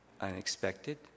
unexpected